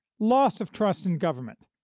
loss of trust in government,